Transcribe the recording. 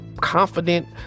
confident